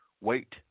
Wait